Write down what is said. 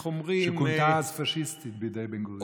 שכונתה אז פשיסטית בידי בן-גוריון.